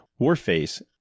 Warface